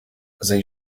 they